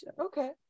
okay